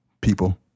people